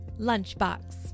Lunchbox